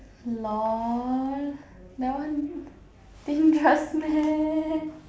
lol that one dangerous meh